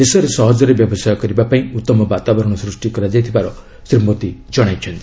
ଦେଶରେ ସହଜରେ ବ୍ୟବସାୟ କରିବା ପାଇଁ ଉତ୍ତମ ବାତାବରଣ ସୃଷ୍ଟି କରାଯାଇଥିବାର ଶ୍ରୀ ମୋଦୀ ଜଣାଇଛନ୍ତି